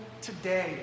today